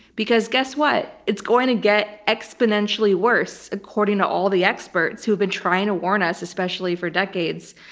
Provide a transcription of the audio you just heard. because guess what? it's going to get exponentially worse, according to all the experts who've been trying to warn us especially for decades.